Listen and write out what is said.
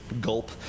Gulp